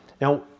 Now